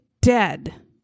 dead